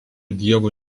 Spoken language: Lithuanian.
dievo